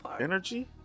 energy